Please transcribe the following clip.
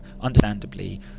understandably